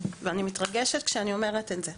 ואני מתרגשת כשאני אומרת את זה.